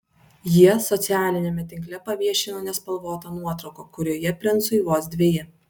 jie socialiniame tinkle paviešino nespalvotą nuotrauką kurioje princui vos dveji